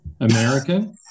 American